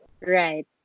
right